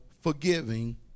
forgiving